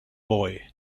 boy